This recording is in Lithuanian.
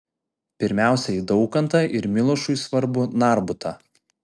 pirmiausia į daukantą ir milošui svarbų narbutą